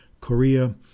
korea